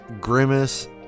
grimace